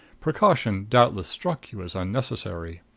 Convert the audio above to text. precaution doubtless struck you as unnecessary.